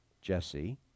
Jesse